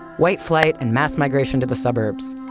white flight and mass migration to the suburbs.